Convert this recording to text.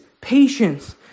patience